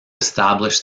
establish